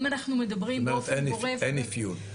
(היו"ר מאיר יצחק הלוי) זאת אומרת, אין אפיון?